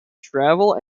travel